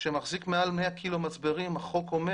שמחזיק מעל 100 קילו מצברים, החוק אומר